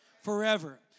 Forever